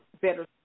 better